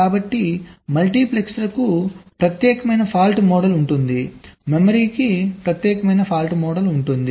కాబట్టి మల్టీప్లెక్సర్కు ప్రత్యేకమైన ఫాల్ట్ మోడల్ ఉంటుంది మెమరీకి ప్రత్యేకమైన ఫాల్ట్ మోడల్ ఉంటుంది